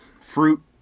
fruit